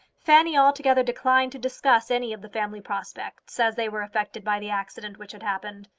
fanny altogether declined to discuss any of the family prospects, as they were affected by the accident which had happened.